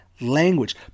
language